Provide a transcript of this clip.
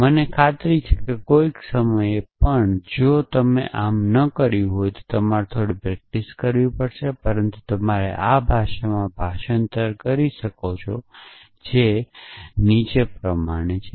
મને ખાતરી છે કે કોઈક સમયે પણ જો તમે આમ ન કર્યું હોય તો તમારે થોડી પ્રેક્ટિસ કરવી પડશે પરંતુ તમે આ ભાષામાં ભાષાંતર કરી શકો છો નીચે પ્રમાણે છે